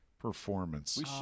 performance